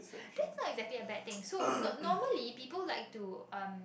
that's not exactly a bad thing so so normally people like to um